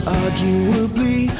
arguably